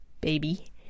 baby